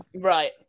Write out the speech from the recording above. right